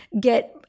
get